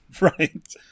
right